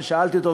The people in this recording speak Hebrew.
אותם